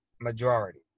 majority